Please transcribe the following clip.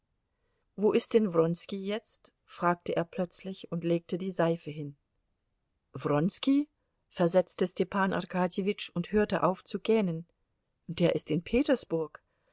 wo ist denn wronski jetzt fragte er plötzlich und legte die seife hin wronski versetzte stepan arkadjewitsch und hörte auf zu gähnen der ist in petersburg